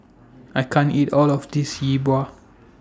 I can't eat All of This Yi Bua